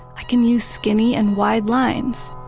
i can use skinny and wide lines.